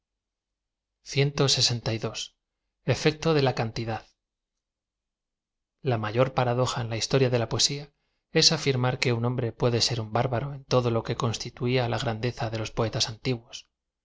rlmee inútil fecto de la cantidad l a m ayor paradoja en la hiatoria de la poesía es añrmar que un hombre puede ser un bárbaro en todo lo que constituía la grandeza de loa poetas antiguos